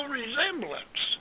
resemblance